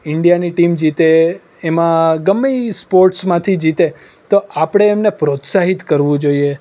ઇન્ડિયાની ટીમ જીતે એમાં ગમે એ સ્પોર્ટ્સમાંથી જીતે તો આપણે એમને પ્રોત્સાહિત કરવું જોઈએ